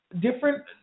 different